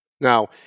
Now